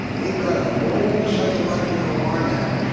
they've got a long psychological arm out,